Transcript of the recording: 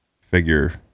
figure